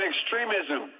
extremism